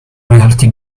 reality